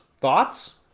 Thoughts